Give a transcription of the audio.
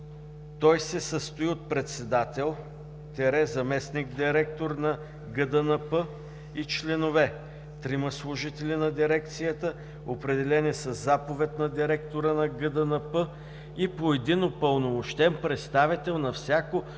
„Той се състои от председател – заместник -директор на ГДНП, и членове – трима служители на дирекцията, определени със заповед на директора на ГДНП, и по един упълномощен представител на всяко